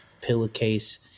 pillowcase